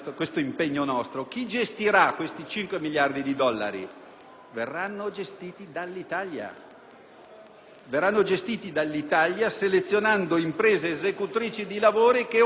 Verranno gestiti dall'Italia selezionando imprese esecutrici dei lavori che opereranno in Libia, per un ammontare di investimenti pari, nel ventennio, a 5 miliardi di dollari.